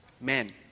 men